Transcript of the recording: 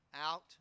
out